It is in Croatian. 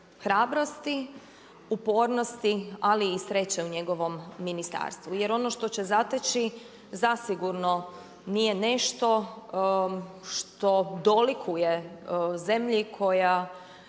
hrabrosti, upornosti ali i sreće u njegovom ministarstvu jer ono što će zateći zasigurno nije nešto što dolikuje zemlji koja